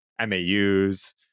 MAUs